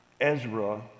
Ezra